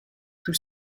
tout